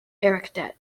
errichtet